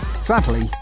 Sadly